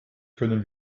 können